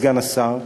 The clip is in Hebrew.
סגן השר,